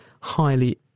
highly